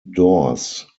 doors